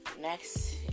Next